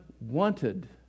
wanted